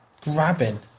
grabbing